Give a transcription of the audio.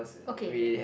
okay okay